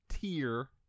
tier